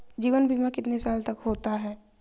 जीवन बीमा कितने साल तक का होता है?